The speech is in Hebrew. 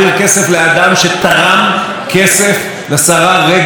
לאדם שנמצא עם השרה רגב בנסיבות חברתיות.